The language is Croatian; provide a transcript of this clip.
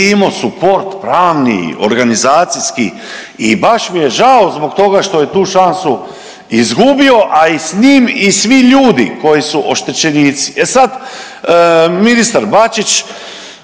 imao support pravni, organizacijski i baš mi je žao zbog toga što je tu šansu izgubio, a i s njim i svi ljudi koji su oštećenici. E sad, ministar Bačić